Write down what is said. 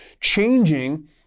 changing